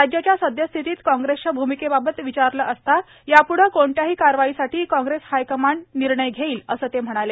राज्याच्या सद्यस्थितीत काँग्रेसच्या भूमिकेबाबत विचारले असता त्यांनी सांगितले की याप्ढे कुठल्याही कारवाईसाठी काँग्रेस हायकमांड निर्णय घेईल असं ते म्हणाले